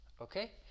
okay